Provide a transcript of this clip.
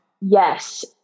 Yes